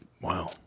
Wow